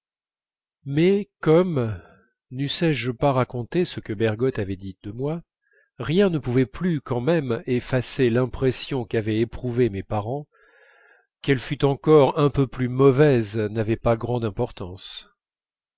mais comme neussé je pas raconté ce que bergotte avait dit de moi rien ne pouvait plus quand même effacer l'impression qu'avaient éprouvée mes parents qu'elle fût encore un peu plus mauvaise n'avait pas grande importance